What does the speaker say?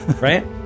Right